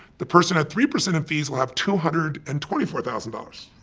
the person at three percent in fees will have two hundred and twenty four thousand dollars.